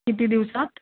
किती दिवसात